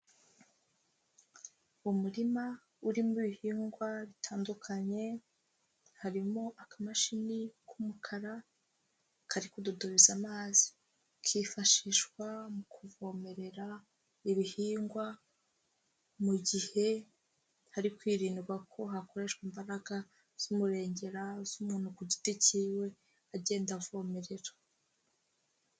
Umurima urimo ibihingwa bitandukanye, harimo akamashini k'umukara, kari kudubiza amazi, kifashishwa mu kuvomerera ibihingwa, mu gihe hari kwirindwa ko hakoreshwa imbaraga z'umurengera z'umuntu ku giti cy'iwe, agenda avomerera.